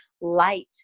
Light